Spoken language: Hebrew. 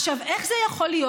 עכשיו, איך זה יכול להיות?